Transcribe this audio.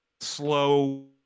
slow